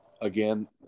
Again